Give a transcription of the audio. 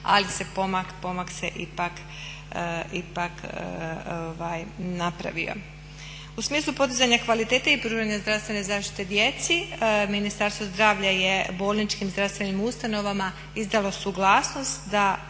ali se pomak se ipak napravio. U smislu podizanja kvalitete i pružanja zdravstvene zaštite djeci Ministarstvo zdravlja je bolničkim zdravstvenim ustanovama izdalo suglasnost za